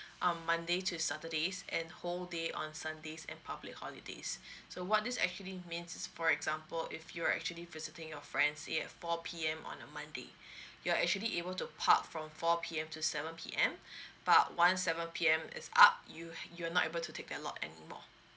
um monday to saturdays and whole day on sundays and public holidays so what this actually means is for example if you are actually visiting your friends at four P_M on a monday you are actually able to park from four P_M to seven P_M but once seven P_M is up you you are not able to take the lot anymore